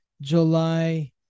July